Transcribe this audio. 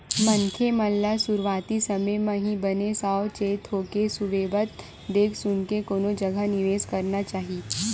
मनखे मन ल सुरुवाती समे म ही बने साव चेत होके सुबेवत देख सुनके कोनो जगा निवेस करना चाही